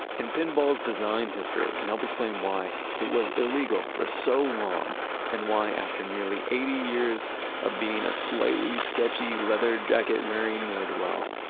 and pinball's design history can help explain why it was illegal for so long and why, after nearly eighty years of being a slightly sketchy leather jacket-wearing ne'er-do-well,